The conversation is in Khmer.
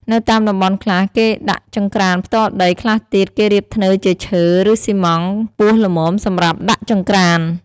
នៅតាមតំបន់ខ្លះ គេដាក់ចង្ក្រានផ្ទាល់ដី ខ្លះទៀត គេរៀបធ្នើជាឈើ ឬ សុីម៉ង់ ខ្ពស់ល្មមសម្រាប់ដាក់ចង្រ្កាន។